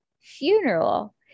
funeral